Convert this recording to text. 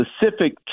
specific